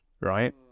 right